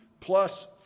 plus